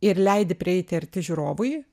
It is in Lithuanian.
ir leidi prieiti arti žiūrovui